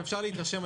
אפשר להתרשם,